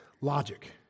logic